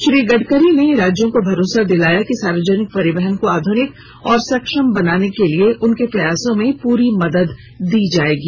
श्री गडकरी ने राज्यों को भरोसा दिलाया कि सार्वजनिक परिवहन को आधुनिक और सक्षम बनाने के लिए उनके प्रयासों में पूरी मदद दी जाएगी